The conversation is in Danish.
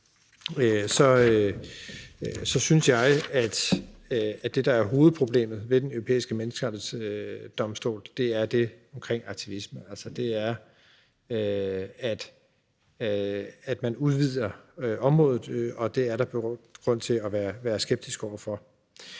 synes jeg, at det, der er hovedproblemet ved Den Europæiske Menneskerettighedsdomstol, er det omkring aktivisme, altså at man udvider området, og det er der grund til at være skeptisk over for.